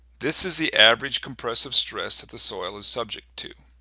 this is the average compressive stress that the soil is subject to.